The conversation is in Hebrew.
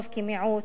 רוב כמיעוט,